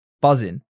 Buzzing